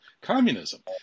communism